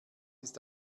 ist